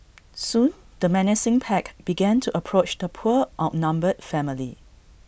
soon the menacing pack began to approach the poor outnumbered family